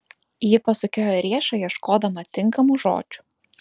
ji pasukiojo riešą ieškodama tinkamų žodžių